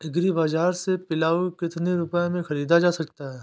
Agree बाजार से पिलाऊ कितनी रुपये में ख़रीदा जा सकता है?